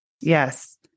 Yes